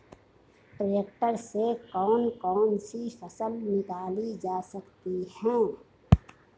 Tractor से कौन कौनसी फसल निकाली जा सकती हैं?